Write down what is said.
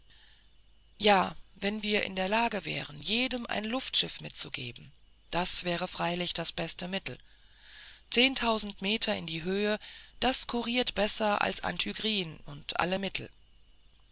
ja wenn wir in der lage wären jedem ein luftschiff mitzugeben das wäre freilich das beste mittel zehntausend meter in die höhe das kuriert besser als anthygrin und alle mittel